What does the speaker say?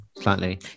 slightly